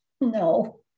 No